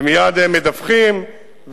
ומייד מדווחים.